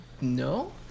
No